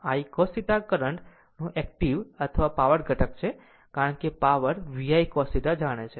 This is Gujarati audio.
આમ I cos θ કરંટ નો એક્ટીવ અથવા પાવર ઘટક છે કારણ કે પાવર VI cos θ જાણે છે